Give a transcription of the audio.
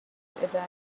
eradication